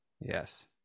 yes